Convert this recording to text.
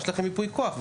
יש לכם ייפוי כוח,